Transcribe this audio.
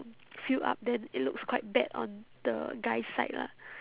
fill up then it looks quite bad on the guy's side lah